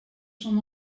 son